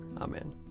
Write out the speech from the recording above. Amen